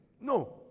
No